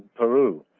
peru,